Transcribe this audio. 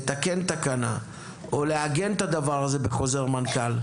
לתקן תקנה או לעגן את הדבר הזה בחוזר מנכ"ל?